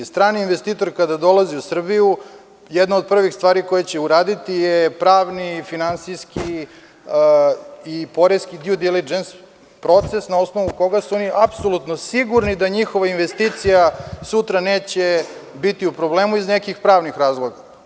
Strani investitor kada dolazi u Srbiju jedna od prvih stvari koju će uraditi je pravni, finansijski i poreski „dju dilidžens“, proces, na osnovu koga su oni apsolutno sigurni da njihova investicija sutra neće biti u problemu iz nekih pravnih razloga.